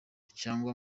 cyangwa